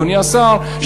אדוני השר,